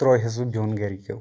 ترٛووہس بہٕ بیوٚن گرِ کیو